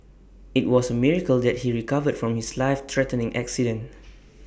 IT was A miracle that he recovered from his life threatening accident